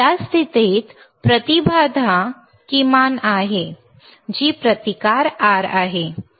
या स्थितीत प्रतिबाधा किमान आहे जी प्रतिकार R आहे